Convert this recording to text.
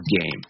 game